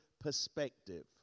perspective